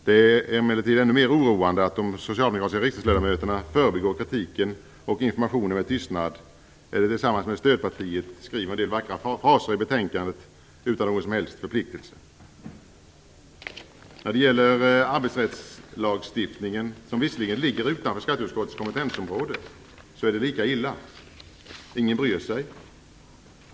Det är emellertid ännu mer oroande att de socialdemokratiska riksdagsledamöterna förbigår kritiken och informationen med tystnad eller tillsammans med stödpartiet skriver en del vackra fraser i betänkandet utan någon som helst förpliktelse. När det gäller arbetsrättslagstiftningen, som visserligen ligger utanför skatteutskottets kompetensområde, är det lika illa. Ingen bryr sig.